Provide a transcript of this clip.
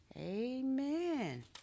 amen